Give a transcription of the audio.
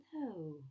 no